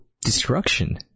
destruction